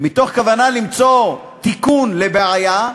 אלא מתוך כוונה למצוא תיקון לבעיה,